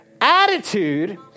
attitude